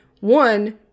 one